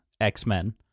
X-Men